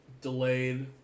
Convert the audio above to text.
delayed